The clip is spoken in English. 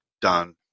done